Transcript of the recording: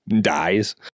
dies